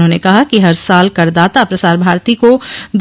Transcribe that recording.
उन्होंने कहा कि हर साल करदाता प्रसार भारती को